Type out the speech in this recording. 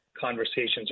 conversations